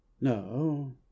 No